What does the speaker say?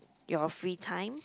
your free time